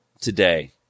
today